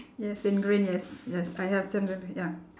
yes in green yes yes I have them ya